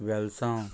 वेलसांव